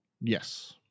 Yes